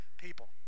people